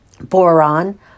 boron